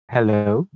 Hello